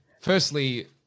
firstly